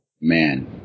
man